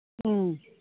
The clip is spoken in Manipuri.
ꯎꯝ